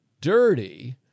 dirty